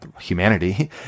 humanity